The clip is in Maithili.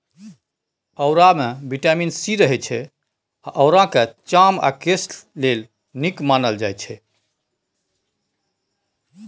औरामे बिटामिन सी रहय छै आ औराकेँ चाम आ केस लेल नीक मानल जाइ छै